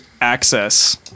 access